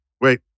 wait